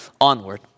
onward